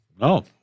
No